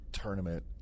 tournament